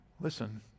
Listen